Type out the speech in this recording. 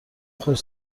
خوش